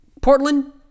Portland